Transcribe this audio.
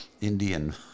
Indian